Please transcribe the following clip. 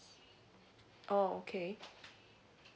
oh okay